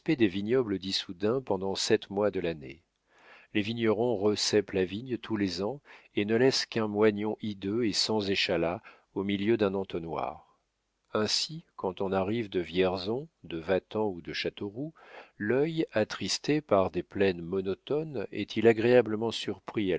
des vignobles d'issoudun pendant sept mois de l'année les vignerons recèpent la vigne tous les ans et ne laissent qu'un moignon hideux et sans échalas au milieu d'un entonnoir aussi quand on arrive de vierzon de vatan ou de châteauroux l'œil attristé par des plaines monotones est-il agréablement surpris